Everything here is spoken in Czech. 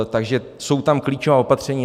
Takže jsou tam klíčová opatření.